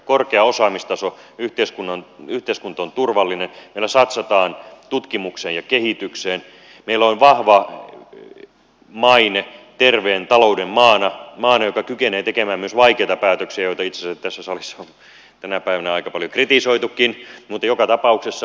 korkea osaamistaso yhteiskunta on turvallinen meillä satsataan tutkimukseen ja kehitykseen meillä on vahva maine terveen talouden maana maana joka kykenee tekemään myös vaikeita päätöksiä joita itse asiassa tässä salissa on tänä päivänä aika paljon kritisoitukin mutta joka tapauksessa